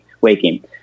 waking